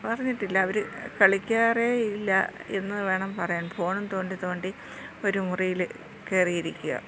പറഞ്ഞിട്ടില്ല അവർ കളിക്കാറേ ഇല്ല എന്ന് വേണം പറയാൻ ഫോണും തോണ്ടി തോണ്ടി ഒരു മുറിയിൽ കയറിയിരിക്കുക